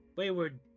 wayward